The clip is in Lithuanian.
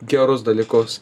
gerus dalykus